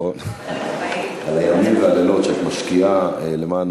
על הימים והלילות שאת משקיעה למען